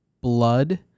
blood